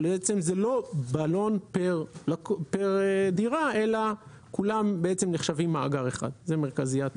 אבל זה לא בלון פר דירה אלא כולם נחשבים מאגר אחד זה מרכזיית בלונים.